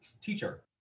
Teacher